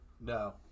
No